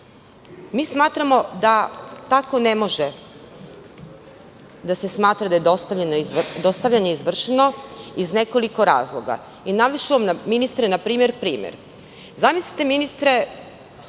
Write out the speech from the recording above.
smatramo da tako ne može da se smatra da je dostavljanje izvršeno, iz nekoliko razloga. Navešću vam, ministre, primer. Zamislite, ministre,